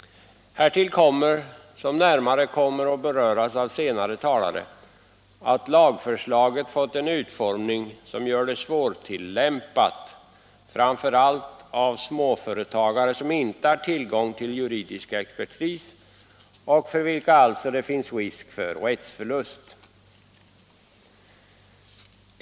Härtill kommer, vilket närmare kommer att beröras av senare talare, att lagförslaget fått en utformning som gör det svårtillämpat, framför allt för småföretagare som inte har tillgång till juridisk expertis och för vilka det alltså finns risk för rättsförlust.